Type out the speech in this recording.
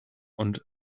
und